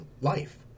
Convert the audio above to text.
life